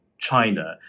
China